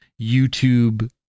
YouTube